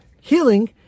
Healing